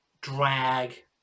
drag